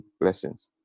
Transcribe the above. blessings